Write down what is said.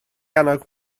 annog